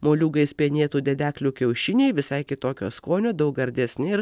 moliūgais penėtų dedeklių kiaušiniai visai kitokio skonio daug gardesni ir